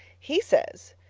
he says,